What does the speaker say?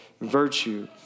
virtue